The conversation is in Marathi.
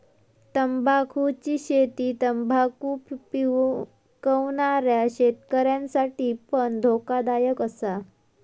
तंबाखुची शेती तंबाखु पिकवणाऱ्या शेतकऱ्यांसाठी पण धोकादायक असा